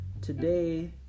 today